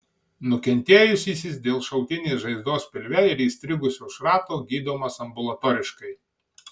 nukentėjusysis dėl šautinės žaizdos pilve ir įstrigusio šrato gydomas ambulatoriškai